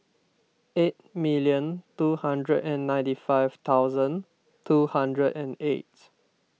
eight million two hundred and ninety five thousand two hundred and eight